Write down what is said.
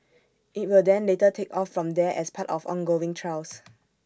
IT will then later take off from there as part of ongoing trials